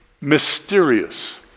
mysterious